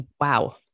wow